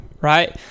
right